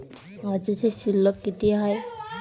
आजची शिल्लक किती हाय?